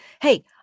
Hey